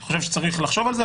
אני חושב שצריך לחשוב על זה,